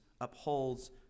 upholds